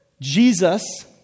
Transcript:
Jesus